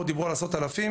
פה דיברו על עשרות אלפים,